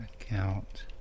account